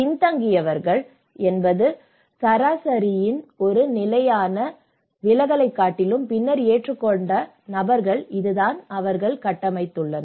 பின்தங்கியவர்கள் என்பது சராசரியின் ஒரு நிலையான விலகலைக் காட்டிலும் பின்னர் ஏற்றுக்கொண்ட நபர்கள் இதுதான் அவர்கள் கட்டமைத்தனர்